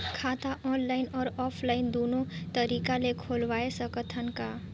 खाता ऑनलाइन अउ ऑफलाइन दुनो तरीका ले खोलवाय सकत हन का?